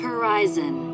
Horizon